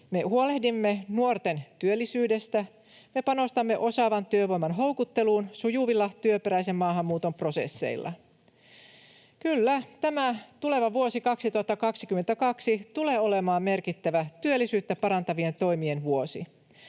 me huolehdimme nuorten työllisyydestä, me panostamme osaavan työvoiman houkutteluun sujuvilla työperäisen maahanmuuton prosesseilla. Kyllä, tämä tuleva vuosi 2022 tulee olemaan merkittävä työllisyyttä parantavien toimien vuosi.